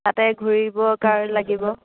তাতে ঘূৰিবৰ কাৰণে লাগিব